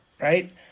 right